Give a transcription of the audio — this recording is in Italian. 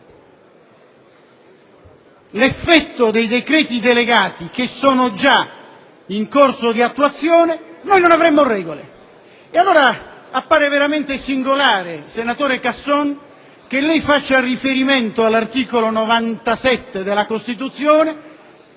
l'effetto dei decreti delegati, che sono già in corso di attuazione, non avremmo regole. Allora, appare veramente singolare, senatore Casson, che lei faccia riferimento all'articolo 97 della Costituzione